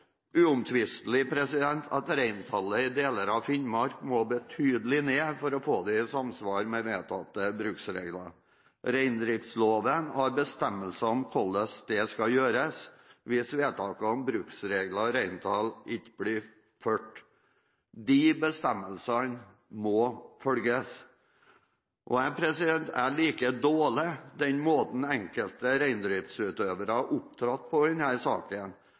uomtvistelig at reintallene i deler av Finnmark må betydelig ned for å få dem i samsvar med vedtatte bruksregler. Reindriftsloven har bestemmelser om hvordan det skal gjøres hvis vedtakene om bruksregler og reintall ikke blir fulgt. De bestemmelsene må følges, og jeg liker dårlig den måten enkelte reindriftsutøvere har opptrådt på i denne saken,